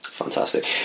Fantastic